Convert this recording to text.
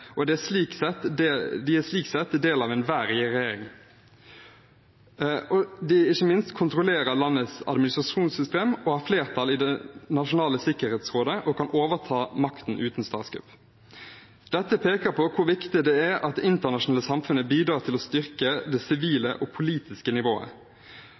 og de er slik sett en del av enhver regjering. Ikke minst kontrollerer de landets administrasjonssystem, har flertall i det nasjonale sikkerhetsrådet og kan overta makten uten statskupp. Dette peker på hvor viktig det er at det internasjonale samfunnet bidrar til å styrke det sivile og politiske nivået.